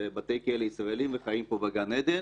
לבתי כלא ישראלים וחיים פה בגן עדן